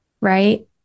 right